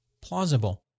plausible